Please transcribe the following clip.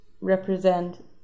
represent